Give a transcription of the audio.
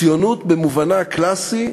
הציונות במובנה הקלאסי,